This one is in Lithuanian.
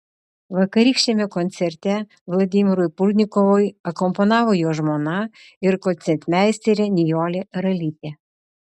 vakarykščiame koncerte vladimirui prudnikovui akompanavo jo žmona ir koncertmeisterė nijolė ralytė